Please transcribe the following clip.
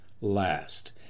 last